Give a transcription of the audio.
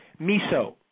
Miso